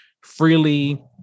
freely